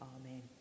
Amen